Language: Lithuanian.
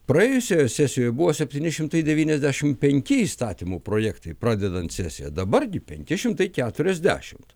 praėjusioje sesijoje buvo septyni šimtai devyniasdešimt penki įstatymų projektai pradedant sesiją dabar gi penki šimtai keturiasdešimt